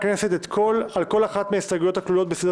בהסתייגויות ענייניות.